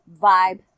vibe